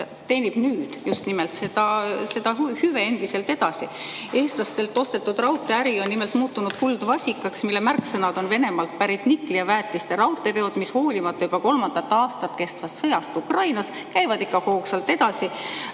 teenib nüüd just nimelt seda hüve endiselt edasi. Eestlastelt ostetud raudteeäri on nimelt muutunud kuldvasikaks, mille märksõnad on Venemaalt pärit nikli ja väetise raudteeveod, mis hoolimata juba kolmandat aastat kestvast sõjast Ukrainas käivad ikka hoogsalt edasi.